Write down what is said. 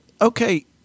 okay